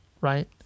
Right